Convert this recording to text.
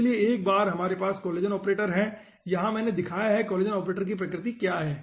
इसलिए एक बार हमारे पास कोलेजन ऑपरेटर है यहाँ मैंने दिखाया है कोलेजन ऑपरेटर की प्रकृति क्या है